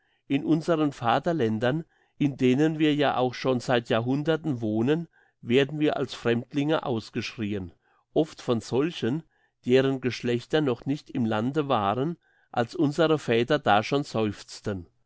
in unseren vaterländern in denen wir ja auch schon seit jahrhunderten wohnen werden wir als fremdlinge ausgeschrieen oft von solchen deren geschlechter noch nicht im lande waren als unsere väter da schon seufzten